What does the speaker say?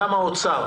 האוצר